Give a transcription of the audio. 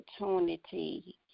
opportunity